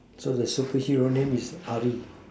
so the superhero name is Ali